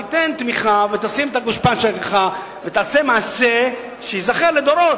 תיתן תמיכה ותשים את הגושפנקה שלך ותעשה מעשה שייזכר לדורות,